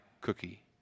cookie